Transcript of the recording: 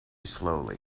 slowly